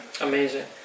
Amazing